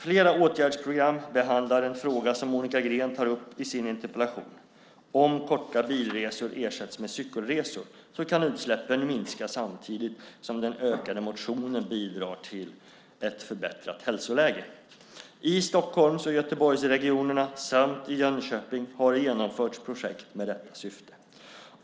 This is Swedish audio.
Flera åtgärdsprogram behandlar en fråga som Monica Green tar upp i sin interpellation: Om korta bilresor ersätts med cykelresor kan utsläppen minska samtidigt som den ökade motionen bidrar till ett förbättrat hälsoläge. I Stockholms och Göteborgsregionerna samt i Jönköping har det genomförts projekt med detta syfte.